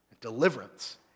Deliverance